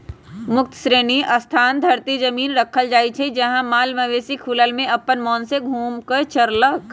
मुक्त श्रेणी स्थान परती जमिन रखल जाइ छइ जहा माल मवेशि खुलल में अप्पन मोन से घुम कऽ चरलक